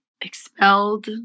expelled